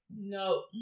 no